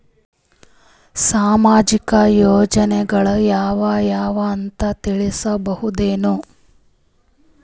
ಸಾಮಾಜಿಕ ಯೋಜನೆಗಳು ಯಾವ ಅವ ಅಂತ ತಿಳಸಬಹುದೇನು?